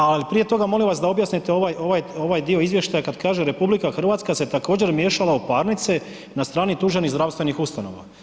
A prije toga molim vas da objasnite ovaj dio izvještaja kad kaže RH se također miješala u parnice na strani tuženih zdravstvenih ustanova.